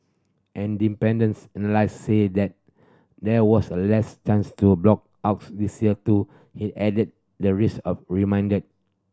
an dependence analyst said that there was a less chance to blackouts this year though he added the risk of remained